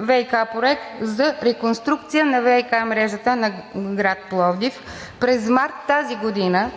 ВиК проект за реконструкция на ВиК мрежата на град Пловдив. През март тази година